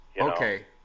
Okay